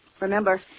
Remember